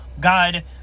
God